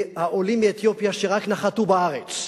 והעולים מאתיופיה, שרק נחתו בארץ,